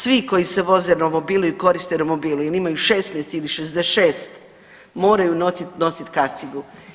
Svi koji se voze romobilom ili koriste romobil jel imaju 16 ili 66 moraju nositi kacigu.